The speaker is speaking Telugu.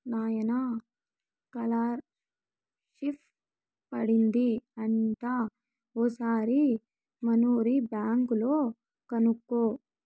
నాయనా కాలర్షిప్ పడింది అంట ఓసారి మనూరి బ్యాంక్ లో కనుకో